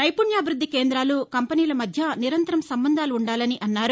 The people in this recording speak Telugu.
నైపుణ్యాభివృద్ది కేంద్రాలు కంపెనీల మధ్య నిరంతరం సంబంధాలు ఉండాలని అన్నారు